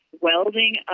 welding